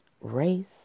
race